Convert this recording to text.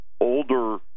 older